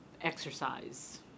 exercise